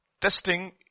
Testing